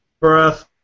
Breath